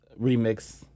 remix